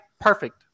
perfect